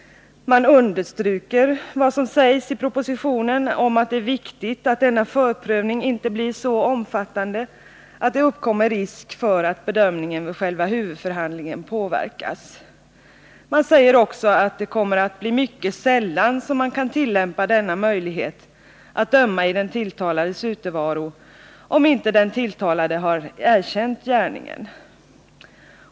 Man understryker vad som sägs i propositionen om att det är viktigt att denna förprövning inte blir så omfattande, att det uppkommer risk för att bedömningen vid själva huvudförhandlingen påverkas. Man säger vidare att det kommer att bli mycket sällan som denna möjlighet att döma i den tilltalades utevaro kommer att kunna tillämpas, om inte den tilltalade har erkänt gärningen.